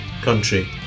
country